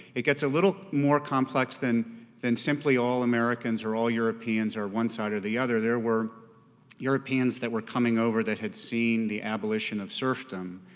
it gets a little more complex than than simply all americans or all europeans are one side or the other, there were europeans that were coming over that had seen the abolition of serfdom